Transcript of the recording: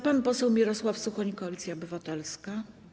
Pan poseł Mirosław Suchoń, Koalicja Obywatelska.